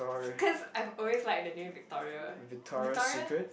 cause I've always liked the name Victoria Victoria